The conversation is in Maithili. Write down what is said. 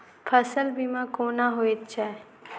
फसल बीमा कोना होइत छै?